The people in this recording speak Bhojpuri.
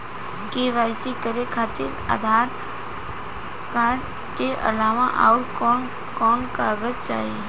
के.वाइ.सी करे खातिर आधार कार्ड के अलावा आउरकवन कवन कागज चाहीं?